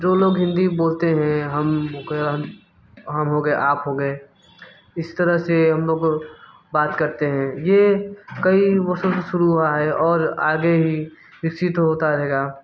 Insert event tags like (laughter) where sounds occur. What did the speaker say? जो लोग हिंदी बोलते हैं हम (unintelligible) हम हो गए आप हो गए इस तरह से हम लोग बात करते हैं ये कई वर्षों से शुरू हुआ है और आगे ही विकसित होता रहेगा